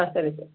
ಹಾಂ ಸರಿ ಸರ್